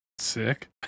Sick